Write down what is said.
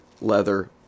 leather